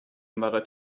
another